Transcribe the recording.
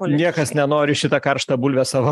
niekas nenori šitą karštą bulvę savo